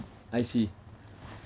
I see